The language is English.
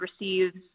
receives